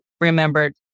remembered